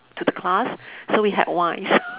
to the class so we had wine